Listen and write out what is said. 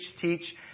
teach